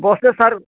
ବସ୍ତେ sir